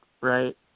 right